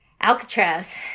Alcatraz